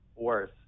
worse